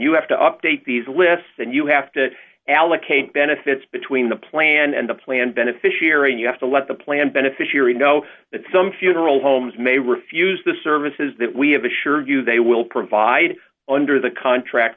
you have to update these lists and you have to allocate benefits between the plan and the plan beneficiary and you have to let the plan beneficiary know that some funeral homes may refuse the services that we have assured you they will provide under the contract